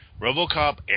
RoboCop